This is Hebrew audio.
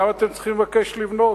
למה אתם צריכים לבקש לבנות,